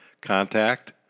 contact